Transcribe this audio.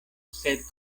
sed